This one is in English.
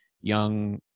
young